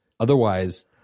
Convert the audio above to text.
Otherwise